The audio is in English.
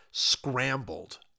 scrambled